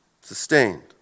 Sustained